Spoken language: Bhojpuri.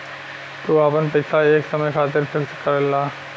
तू आपन पइसा एक समय खातिर फिक्स करला